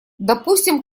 допустим